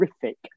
terrific